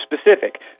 specific